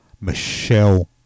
Michelle